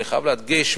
אני חייב להדגיש,